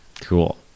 Cool